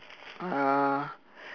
uh